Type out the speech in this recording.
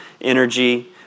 energy